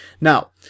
Now